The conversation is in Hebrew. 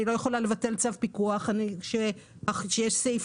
אני לא יכולה לבטל צו פיקוח כשיש סעיף